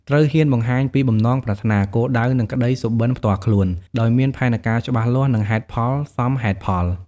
ត្រូវហ៊ានបង្ហាញពី បំណងប្រាថ្នា គោលដៅ និងក្តីសុបិន្តផ្ទាល់ខ្លួន ដោយមាន ផែនការច្បាស់លាស់ និង ហេតុផលសមហេតុផល។